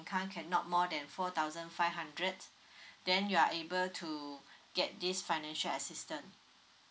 income cannot more than four thousand five hundred then you are able to get this financial assistance